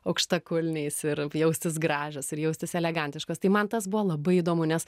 aukštakulniais ir jaustis gražios ir jaustis elegantiškos tai man tas buvo labai įdomu nes